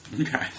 Okay